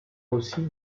aussi